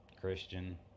Christian